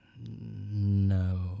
No